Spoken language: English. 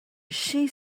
she